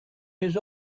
his